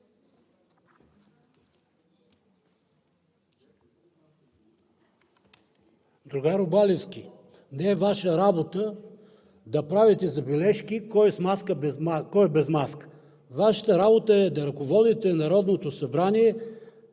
Другарю Балевски, не е Ваша работа да правите забележки – кой е с маска, кой е без маска. Вашата работа е да ръководите Народното събрание